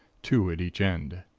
two at each end.